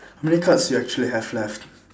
how many cards you actually have left